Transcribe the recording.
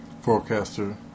Forecaster